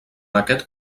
aquest